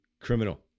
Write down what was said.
criminal